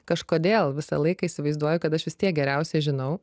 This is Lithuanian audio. kažkodėl visą laiką įsivaizduoju kad aš vis tiek geriausiai žinau